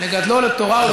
קודם כול מיכל גרא-מרגליות,